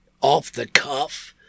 off-the-cuff